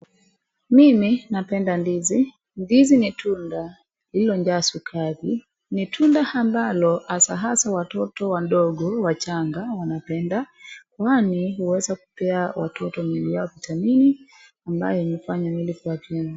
Mimi napenda ndizi ,ndizi ni tunda liliojaa sukari ni tunda ambalo hasa hasa watoto wadogo wachanga wanapenda kwani huweza kupea watoto mili yao vitamini ambayo hufanya mili yao kuwa na afya.